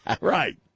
Right